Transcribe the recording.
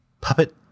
puppet